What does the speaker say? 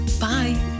bye